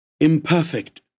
imperfect